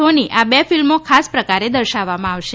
ધોની આ બે ફિલ્મો આ ખાસ પ્રકારે દર્શાવવામાં આવશે